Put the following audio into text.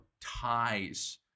ties